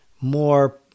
more